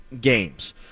games